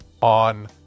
on